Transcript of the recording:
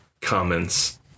comments